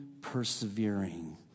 persevering